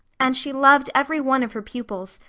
and she loved every one of her pupils,